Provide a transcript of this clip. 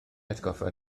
atgoffa